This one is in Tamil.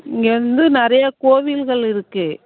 இங்கே வந்து நிறையா கோவில்கள் இருக்கு